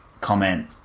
comment